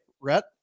Rhett